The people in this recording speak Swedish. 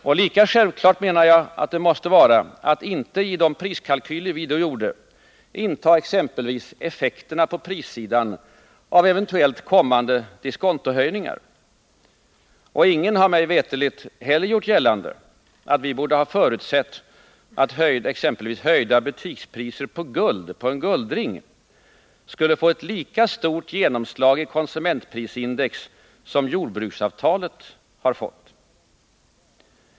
Och lika självklart anser jag att det måste vara att vi inte i de priskalkyler vi gjorde i december tog in exempelvis effekterna på prissidan av eventuellt kommande diskontohöjningar. Ingen har mig veterligen heller gjort gällande att vi borde ha förutsett att exempelvis höjda butikspriser på en guldring skulle få ett lika stort genomslag i konsumentprisindex som jordbruksavtalet har fått.